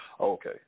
Okay